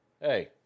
hey